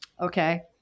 Okay